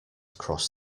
cross